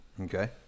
okay